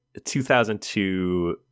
2002